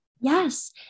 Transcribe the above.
Yes